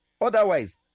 Otherwise